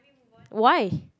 why